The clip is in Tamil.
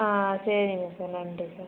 ஆ சரிங்க சார் நன்றி சார்